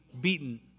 beaten